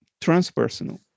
transpersonal